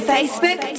Facebook